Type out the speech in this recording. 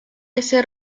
ese